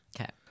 Okay